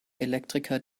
elektriker